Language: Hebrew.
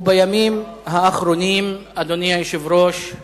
ובימים האחרונים, אדוני היושב-ראש,